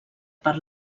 per